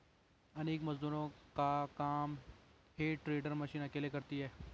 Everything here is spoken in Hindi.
अनेक मजदूरों का काम हे टेडर मशीन अकेले करती है